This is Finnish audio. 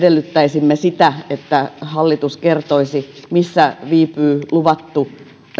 edellyttäisimme sitä että hallitus kertoisi missä viipyy luvattu